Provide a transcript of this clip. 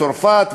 וצרפת,